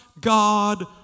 God